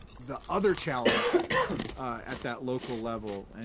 the other challenge at that local level, and